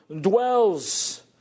dwells